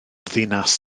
ddinas